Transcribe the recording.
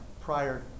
prior